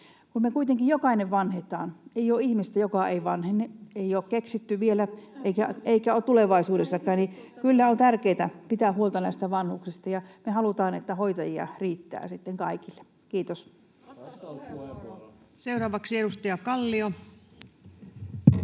Kun me kuitenkin jokainen vanhetaan — ei ole ihmistä, joka ei vanhene, ei ole keksitty sitä vielä eikä tule tulevaisuudessakaan — niin kyllä on tärkeätä pitää huolta vanhuksista. Ja me halutaan, että hoitajia riittää sitten kaikille. — Kiitos. [Krista Kiuru: